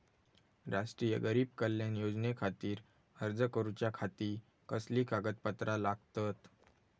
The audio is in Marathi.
राष्ट्रीय गरीब कल्याण योजनेखातीर अर्ज करूच्या खाती कसली कागदपत्रा लागतत?